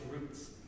roots